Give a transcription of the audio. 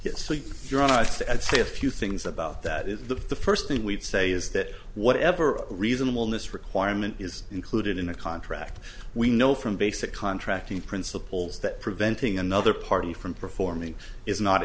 and say a few things about that is that the first thing we'd say is that whatever reasonable miss requirement is included in the contract we know from basic contracting principles that preventing another party from performing is not